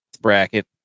bracket